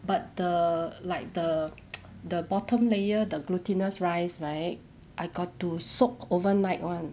but the like the the bottom layer the glutinous rice right I got to soak overnight one